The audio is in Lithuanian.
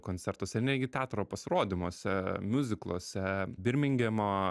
koncertuose ir netgi teatro pasirodymuose miuzikluose birmingemo